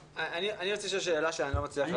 אסף, אני רוצה לשאול שאלה שאני לא מצליח להבין.